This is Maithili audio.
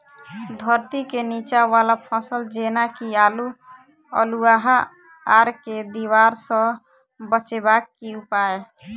धरती केँ नीचा वला फसल जेना की आलु, अल्हुआ आर केँ दीवार सऽ बचेबाक की उपाय?